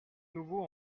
nouveau